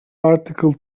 article